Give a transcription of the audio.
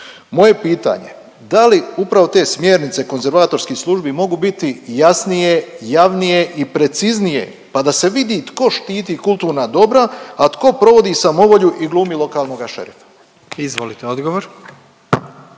Moje pitanje je, da li upravo te smjernice konzervatorskih službi mogu biti jasnije, javnije i preciznije, pa da se vidi tko štiti kulturna dobra, a tko provodi samovolju i glumi lokalnoga šefa? **Jandroković,